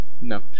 No